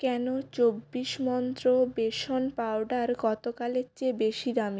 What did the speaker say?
কেন চব্বিশ মন্ত্র বেসন পাউডার গতকালের চেয়ে বেশি দামি